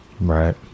Right